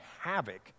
havoc